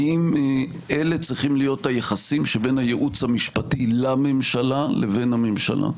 האם אלה צריכים להיות היחסים שבין הייעוץ המשפטי לממשלה לבין הממשלה?